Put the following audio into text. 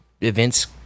events